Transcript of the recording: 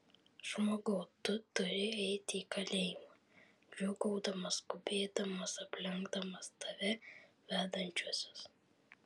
žmogau tu turi eiti į kalėjimą džiūgaudamas skubėdamas aplenkdamas tave vedančiuosius